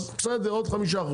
אז בסדר עוד 5%,